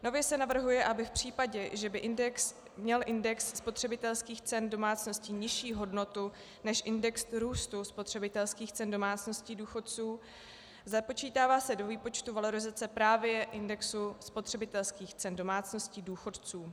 Nově se navrhuje, aby v případě, že by měl index spotřebitelských cen domácností nižší hodnotu než index růstu spotřebitelských cen domácností důchodců, započítává se do výpočtu valorizace právě index spotřebitelských cen domácností důchodců.